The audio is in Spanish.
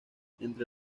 entre